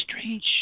strange